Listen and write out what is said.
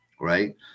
right